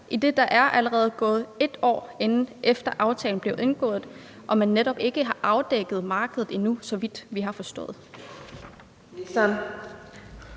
idet der allerede er gået et år, siden aftalen blev indgået, og man netop ikke har afdækket markedet endnu, så vidt vi har forstået.